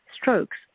strokes